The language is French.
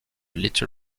little